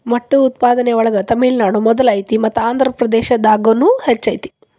ಮೊಟ್ಟೆ ಉತ್ಪಾದನೆ ಒಳಗ ತಮಿಳುನಾಡು ಮೊದಲ ಐತಿ ಮತ್ತ ಆಂದ್ರಪ್ರದೇಶದಾಗುನು ಹೆಚ್ಚ ಐತಿ